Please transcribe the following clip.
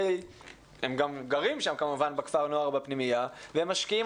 הם גם גרים שם כמובן בכפר נוער או בפנימייה והם משקיעים,